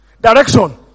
Direction